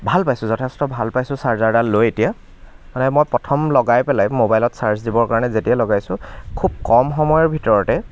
ভাল পাইছোঁ যথেষ্ট ভাল পাইছোঁ চাৰ্জাৰডাল লৈ এতিয়া মানে মই প্ৰথম লগাই পেলাই ম'বাইলত চাৰ্জৰ দিবৰ কাৰণে যেতিয়া লগাইছোঁ খুব কম সময়ৰ ভিতৰতে